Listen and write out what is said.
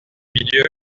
milieu